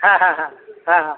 হ্যাঁ হ্যাঁ হ্যাঁ হ্যাঁ হ্যাঁ